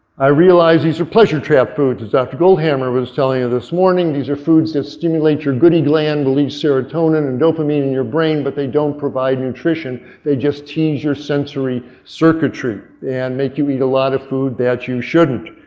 i realize these are pleasure trap food is dr. goldhammer was telling you this morning these are foods that stimulate your goodie gland release serotonin and dopamine in your brain, but they don't provide nutrition. they just tease your sensory circuitry and make you eat a lot of food that you shouldn't.